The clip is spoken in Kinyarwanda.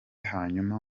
hanyuma